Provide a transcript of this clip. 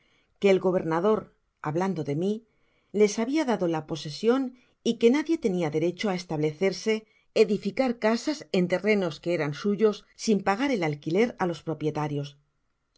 que el gobernador hablando de mi les habia dado la posesion y que nadie tenia derecho de establecerse edificar casas en terrenos que eran suyos sin pagar el alquiler á los propietarios